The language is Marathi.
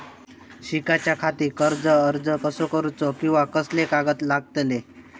शिकाच्याखाती कर्ज अर्ज कसो करुचो कीवा कसले कागद लागतले?